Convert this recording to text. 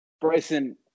Bryson –